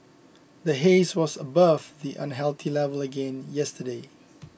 the haze was above the unhealthy level again yesterday